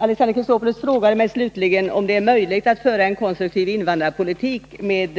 Alexander Chrisopoulos frågar mig slutligen om det är möjligt att föra en konstruktiv invandrarpolitik med